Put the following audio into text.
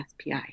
SPI